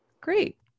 great